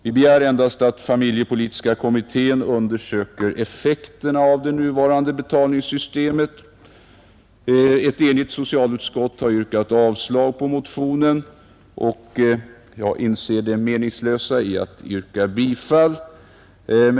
Vi begär endast att familjepolitiska kommittén undersöker effekterna av det nuvarande betalningssystemet. Ett enigt socialutskott har yrkat avslag på motionen, och jag inser det meningslösa i att yrka bifall.